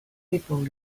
people